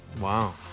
Wow